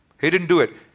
he didn't do it.